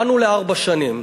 באנו לארבע שנים,